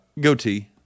goatee